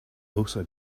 also